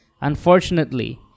Unfortunately